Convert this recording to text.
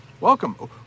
Welcome